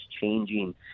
changing